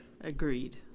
Agreed